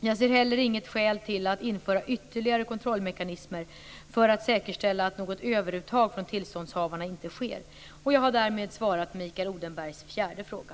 Jag ser heller inget skäl till att införa ytterligare kontrollmekanismer för att säkerställa att något överuttag från tillståndshavarna inte sker. Jag har därmed svarat på Mikael Odenbergs fjärde fråga.